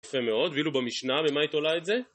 יפה מאוד, ואילו במשנה במה היא תולה את זה?